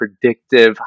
predictive